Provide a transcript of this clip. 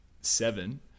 seven